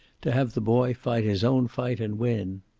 to have the boy fight his own fight and win.